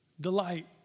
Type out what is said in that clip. Delight